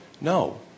No